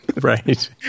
right